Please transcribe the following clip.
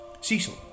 Cecil